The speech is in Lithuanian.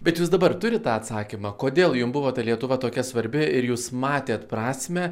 bet jūs dabar turit tą atsakymą kodėl jum buvo ta lietuva tokia svarbi ir jūs matėt prasmę